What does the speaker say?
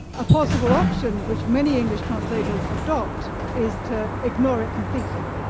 a possible option, which many english translators adopt is to ignore it completely.